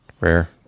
Rare